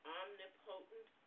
omnipotent